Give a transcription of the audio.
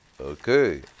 Okay